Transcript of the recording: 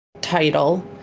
title